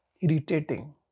irritating